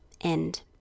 End